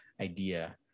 idea